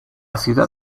ciudad